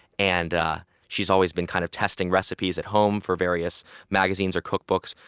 and she's always been kind of testing recipes at home for various magazines or cookbooks.